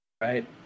right